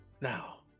Now